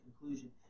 conclusion